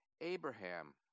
Abraham